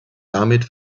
damit